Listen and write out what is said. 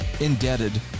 indebted